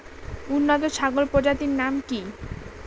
উন্নত ছাগল প্রজাতির নাম কি কি?